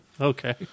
Okay